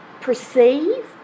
perceive